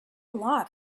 lot